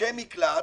מבקשי מקלט